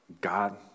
God